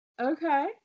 Okay